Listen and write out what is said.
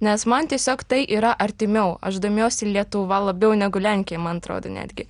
nes man tiesiog tai yra artimiau aš domiuosi lietuva labiau negu lenkija man atrodo netgi